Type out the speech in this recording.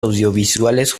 audiovisuales